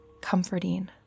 comforting